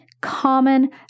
common